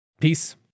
Peace